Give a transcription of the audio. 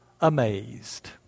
amazed